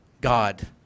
God